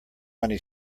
many